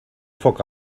foc